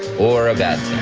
or a bad